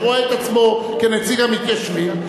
שרואה את עצמו כנציג המתיישבים,